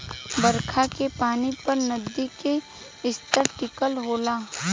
बरखा के पानी पर नदी के स्तर टिकल होला